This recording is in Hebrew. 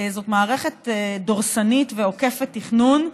זאת מערכת דורסנית ועוקפת תכנון,